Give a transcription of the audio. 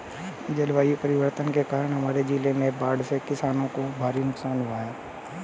जलवायु परिवर्तन के कारण हमारे जिले में बाढ़ से किसानों को भारी नुकसान हुआ है